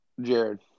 Jared